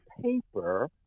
paper